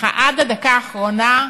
ככה עד הדקה האחרונה,